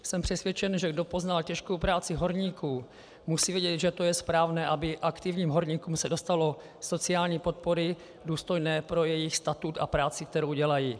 Jsem přesvědčen, že kdo poznal těžkou práci horníků, musí vědět, že to je správné, aby se aktivním horníkům dostalo sociální podpory důstojné pro jejich statut a práci, kterou dělají.